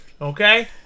Okay